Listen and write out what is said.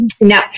No